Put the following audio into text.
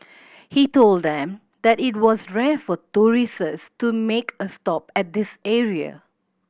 he told them that it was rare for to make a stop at this area